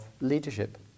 leadership